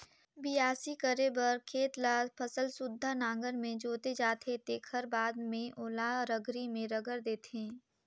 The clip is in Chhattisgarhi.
बियासी करे बर खेत ल फसल सुद्धा नांगर में जोते जाथे तेखर बाद में ओला रघरी में रघर देथे